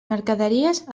mercaderies